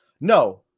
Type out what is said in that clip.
No